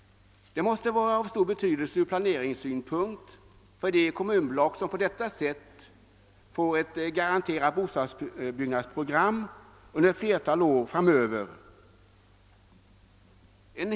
Det måste vara av stor betydelse ur planeringssynpunkt för de kommunblock, som på detta sätt får ett garanterat bostadsbyggnadsprogram under ett flertal år framöver.